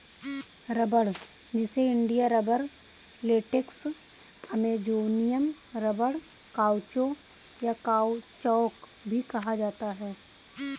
रबड़, जिसे India rubber, latex, Amazonian rubber, caucho, या काउचौक भी कहा जाता है